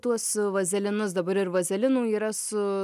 tuos vazelinus dabar ir vazelinų yra su